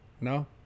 no